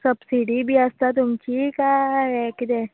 subsidy बीन आसता तुमची काय हें कितें